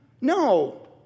No